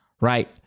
right